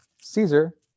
Caesar